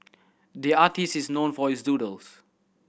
the artist is known for his doodles